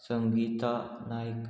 Sangita Naik